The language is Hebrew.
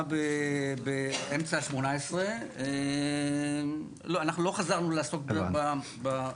הסתיימה באמצע ה-18, אנחנו לא חזרנו לעסוק בזה.